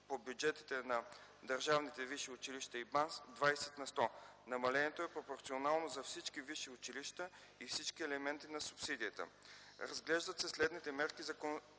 по бюджетите на държавните висши училища и БАН с 20 на сто. Намалението е пропорционално за всички висши училища и всички елементи на субсидията. Разглеждат се следните мерки за компенсация: